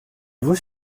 vous